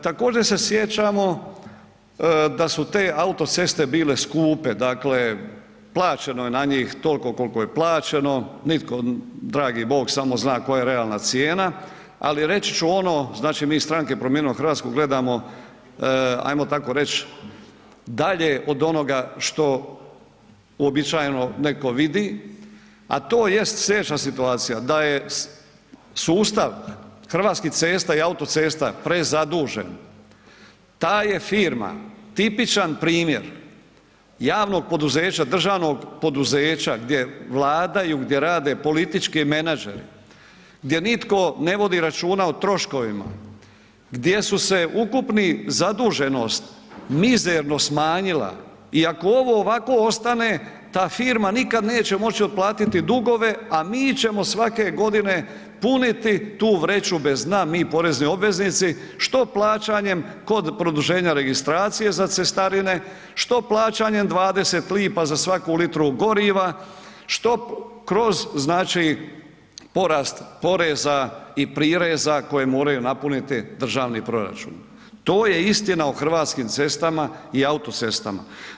Također se sjećamo da su te autoceste bile skupe, dakle plaćeno je na njih tolko kolko je plaćeno, nitko, dragi Bog samo zna koja je realna cijena, ali reći ću ono, znači mi iz Stranke Promijenimo Hrvatsku gledamo, ajmo tako reć, dalje od onoga što uobičajeno neko vidi, a to jest slijedeća situacija da je sustav Hrvatskih cesta i autocesta prezadužen, ta je firma tipičan primjer javnog poduzeća, državnog poduzeća gdje Vlada i gdje rade politički menadžeri, gdje nitko ne vodi računa o troškovima, gdje su se ukupni zaduženost mizerno smanjila i ako ovo ovako ostane ta firma nikad neće moći otplatiti dugove, a mi ćemo svake godine puniti tu vreću bez dna, mi porezni obveznici, što plaćanjem kod produženja registracije za cestarine, što plaćanjem 20 lipa za svaku litru goriva, što kroz, znači porast poreza i prireza koje moraju napuniti državni proračun, to je istina o Hrvatskim cestama i autocestama.